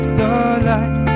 Starlight